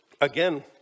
Again